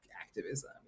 activism